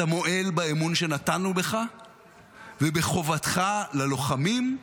אתה מועל באמון שניתנו לך ובחובתך ללוחמים,